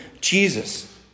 Jesus